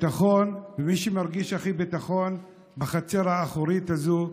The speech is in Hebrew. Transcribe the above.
ומי שמרגיש הכי ביטחון בחצר האחורית הזו,